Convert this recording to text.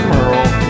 Merle